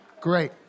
Great